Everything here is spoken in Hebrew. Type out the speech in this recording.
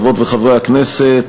חברות וחברי הכנסת,